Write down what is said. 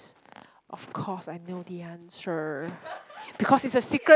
of course I know the answer because is a secret